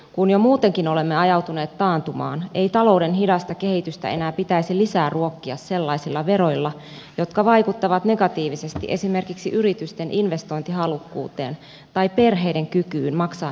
kun jo muutenkin olemme ajautuneet taantumaan ei talouden hidasta kehitystä enää pitäisi lisää ruokkia sellaisilla veroilla jotka vaikuttavat negatiivisesti esimerkiksi yritysten investointihalukkuuteen tai perheiden kykyyn maksaa esimerkiksi asuntolainoja